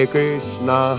Krishna